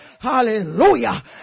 Hallelujah